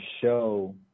show